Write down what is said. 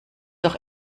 doch